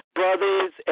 brothers